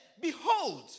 behold